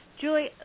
Julie